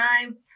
time